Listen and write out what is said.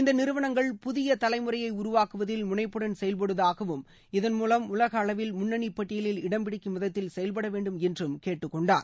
இந்த நிறுவனங்கள் புதிய தலைமுறையை உருவாக்குவதில் முனைப்புடன் செயல்படுவதாகவும் இதன்மூலம் உலக அளவில் முன்னணி பட்டியவில் இடம்பிடிக்கும் விதத்தில் செயல்பட வேண்டும் என்று கேட்டுக் கொண்டார்